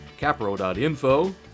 capro.info